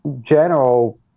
general